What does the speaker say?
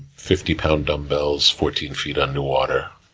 fifty pound dumbbells, fourteen feet underwater,